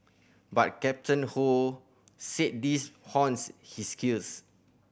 but Captain Ho said these hones his skills